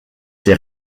ses